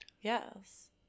Yes